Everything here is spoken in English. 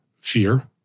fear